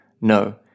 No